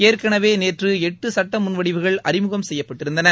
ஏற்கனவே நேற்று எட்டு சுட்ட முன்வடிவுகள் அறிமுகம் செய்யப்பட்டிருந்தன